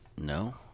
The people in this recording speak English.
No